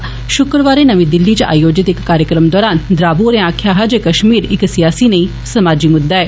षुक्रवारें नमीं दिल्ली च आयोजित इक कार्यक्रम दौरान द्राबू होरें आक्खेआ हा जे कष्मीर इक सियासी नेई समाजी मुद्दा ऐ